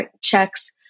checks